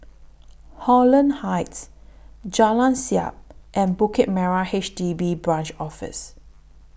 Holland Heights Jalan Siap and Bukit Merah H D B Branch Office